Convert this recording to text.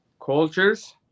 cultures